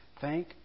Thank